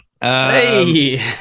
Hey